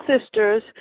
sisters